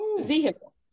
vehicle